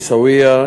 עיסאוויה,